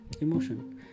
emotion